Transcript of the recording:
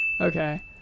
Okay